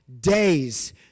days